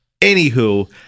anywho